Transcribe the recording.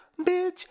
bitch